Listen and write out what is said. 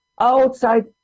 outside